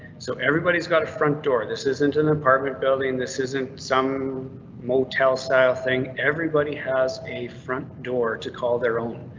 so everybody's got a front door. this isn't an apartment building, this isn't some motel style thing. everybody has a front door to call their own.